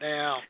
Now